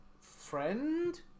friend